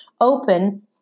open